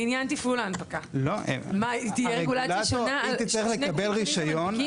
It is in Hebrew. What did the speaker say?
לעניין תפעולה הנפקה תהיה רגולציה שונה על שני גופים שונים שמנפיקים?